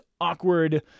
awkward